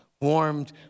warmed